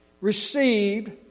received